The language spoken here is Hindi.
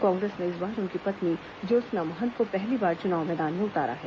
कांग्रेस ने इस बार उनकी पत्नी ज्योत्सना महंत को पहली बार चुनाव मैदान में उतारा है